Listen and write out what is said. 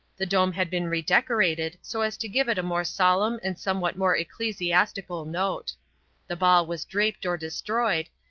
the dome had been redecorated so as to give it a more solemn and somewhat more ecclesiastical note the ball was draped or destroyed,